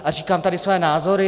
A říkám tady svoje názory.